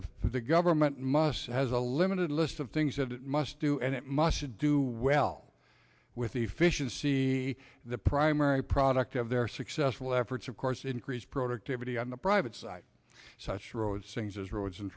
the the government must has a limited list of things that it must do and it must do well with the fish and see the primary product of their successful efforts of course increase productivity on the private side such roads things as roads and